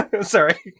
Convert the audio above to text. Sorry